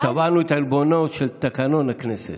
את עלבונו של תקנון הכנסת.